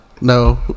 No